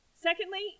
Secondly